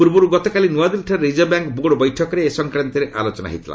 ପୂର୍ବରୁ ଗତକାଲି ନୂଆଦିଲ୍ଲୀରେ ରିଜର୍ଭ ବ୍ୟାଙ୍କ ବୋର୍ଡ ବୈଠକରେ ଏ ସଂକ୍ରାନ୍ତରେ ଆଲୋଚନା ହୋଇଥିଲା